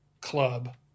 club